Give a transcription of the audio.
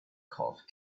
cough